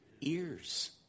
Ears